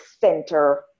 center